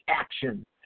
action